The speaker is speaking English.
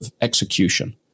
execution